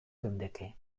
geundeke